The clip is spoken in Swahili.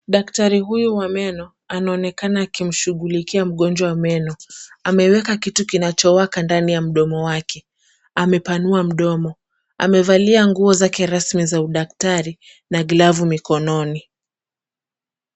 Daktari huyu wa meno anaonekana akimshughulikia mgonjwa wa meno. Ameweka kitu kinachowaka ndani ya mdomo wake. Amepanua mdomo, amevalia nguo zake rasmi za udaktari na glavu mikononi.